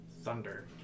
thunder